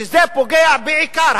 וזה פוגע בעיקר,